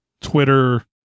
Twitter